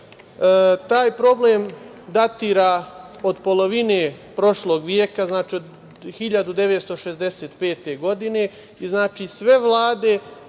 Taj problem datira od polovine prošlog veka, od 1965. godine, i sve vlade